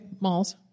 Malls